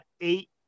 eight